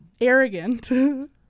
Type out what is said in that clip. arrogant